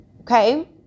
Okay